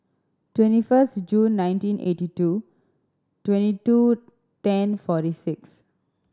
twenty first June nineteen eighty two twenty two ten forty six